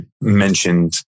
mentioned